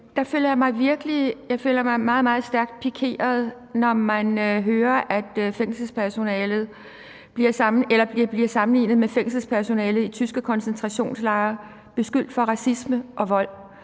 mig meget, meget stærkt pikeret, når jeg hører, at personalet bliver sammenlignet med fængselspersonale i tyske koncentrationslejre og beskyldt for racisme og vold,